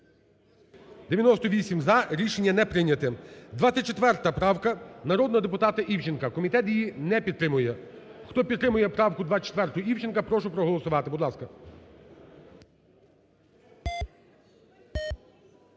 За-98 Рішення не прийнято. 24 правка народного депутата Івченка. Комітет її не підтримує. Хто підтримує правку 24 Івченка, прошу проголосувати. Будь ласка.